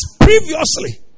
previously